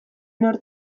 nor